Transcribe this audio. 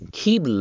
keep